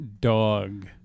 Dog